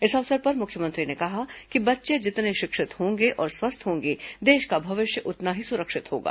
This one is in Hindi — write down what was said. इस अवसर पर मुख्यमंत्री ने कहा कि बच्चे जितने शिक्षित और स्वस्थ होंगे देश का भविष्य उतना ही सुरक्षित होगा